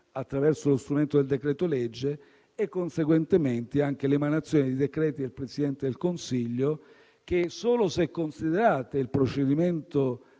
attraverso lo strumento del decreto-legge, e conseguentemente anche l'emanazione di decreti del Presidente del Consiglio che, solo se considerate il procedimento